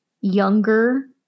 younger